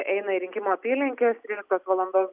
eina į rinkimų apylinkes tryliktos valandos duomenimis